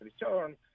return